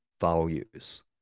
values